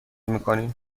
میکنیم